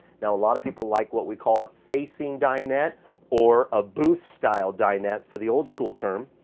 now a lot of people like what we call a facing dinette or a booth style dinette for the old-school term.